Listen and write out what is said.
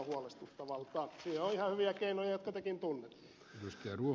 siihen on ihan hyviä keinoja jotka tekin tunnette